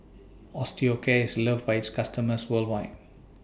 Osteocare IS loved By its customers worldwide